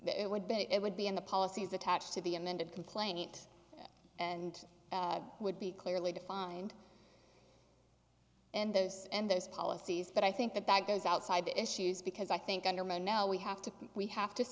it would but it would be in the policies attached to the amended complaint and would be clearly defined and those and those policies but i think that that goes outside the issues because i think i know now we have to we have to